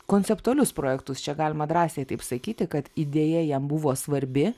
konceptualius projektus čia galima drąsiai taip sakyti kad idėja jam buvo svarbi